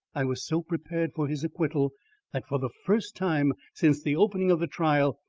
i was so prepared for his acquittal that for the first time since the opening of the trial,